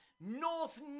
North